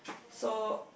so